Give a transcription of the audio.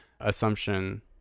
assumption